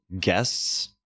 guests